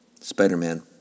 Spider-Man